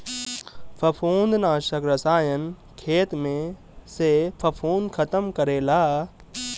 फंफूदनाशक रसायन खेत में से फंफूद खतम करेला